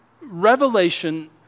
Revelation